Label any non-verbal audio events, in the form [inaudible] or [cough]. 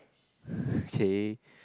[breath] okay